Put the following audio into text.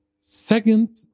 Second